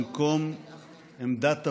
במקום עמדת הוועדה,